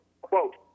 Quote